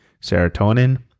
serotonin